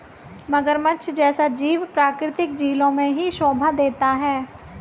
मगरमच्छ जैसा जीव प्राकृतिक झीलों में ही शोभा देता है